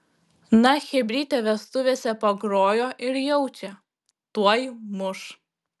na chebrytė vestuvėse pagrojo ir jaučia tuoj muš